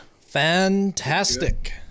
Fantastic